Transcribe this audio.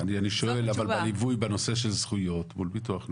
אני שואל אבל ליווי בנושא של זכויות מול ביטוח לאומי,